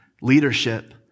leadership